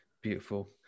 beautiful